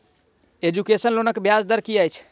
Education लोनक ब्याज दर की अछि?